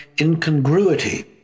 incongruity